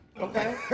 Okay